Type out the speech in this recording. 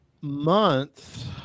month